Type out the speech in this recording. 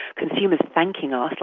consumers thanking ah